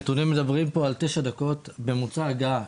הנתונים מדברים פה על תשע דקות ממוצע הגעה.